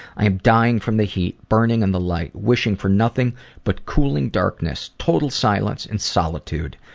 i am dying from the heat, burning in the light, wishing for nothing but cooling darkness. total silence and solitude,